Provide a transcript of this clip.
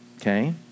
okay